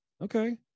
okay